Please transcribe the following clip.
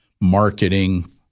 marketing